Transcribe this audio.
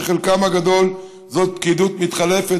שחלקם הגדול זה פקידות מתחלפת,